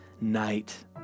night